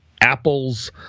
Apple's